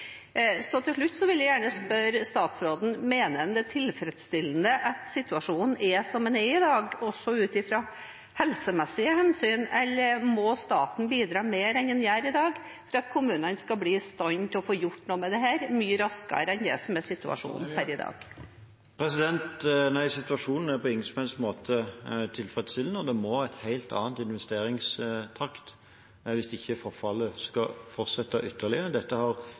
Så til slutt vil jeg gjerne spørre statsråden: Mener han at det er tilfredsstillende at situasjonen er som den er i dag, også ut fra helsemessige hensyn? Eller må staten bidra mer enn den gjør i dag, for at kommunene skal bli i stand til å få gjort noe med dette mye raskere enn det som er situasjonen per i dag? Nei, situasjonen er på ingen som helst måte tilfredsstillende, og det må en helt annen investeringstakt til hvis ikke forfallet skal fortsette ytterligere.